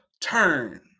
turn